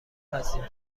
هستیم